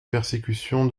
persécutions